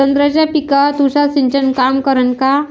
संत्र्याच्या पिकावर तुषार सिंचन काम करन का?